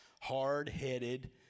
Hard-headed